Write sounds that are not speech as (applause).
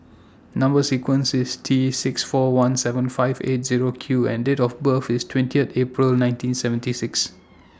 Number sequence IS T six four one seven five eight Zero Q and Date of birth IS twentieth April nineteen seventy six (noise)